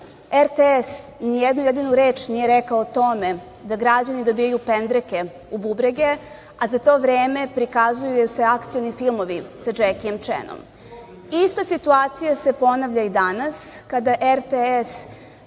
RTS nijednu jedinu reč nije rekao tome da građani dobijaju pendreke u bubrege, a za to vreme prikazuje da se akcioni filmovi sa Džekijem Čenom. Ista situacija se ponavlja i danas kada RTS